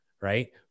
Right